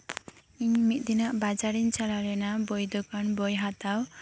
ᱤᱧ ᱢᱤᱫ ᱫᱤᱱᱚᱜ ᱵᱟᱡᱟᱨᱤᱧ ᱪᱟᱞᱟᱣ ᱞᱮᱱᱟ ᱵᱳᱭ ᱫᱳᱠᱟᱱ ᱵᱳᱭ ᱦᱟᱛᱟᱣ